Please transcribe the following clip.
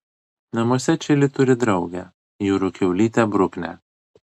namuose čili turi draugę jūrų kiaulytę bruknę